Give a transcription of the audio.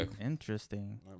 interesting